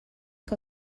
que